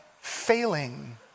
failing